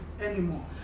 anymore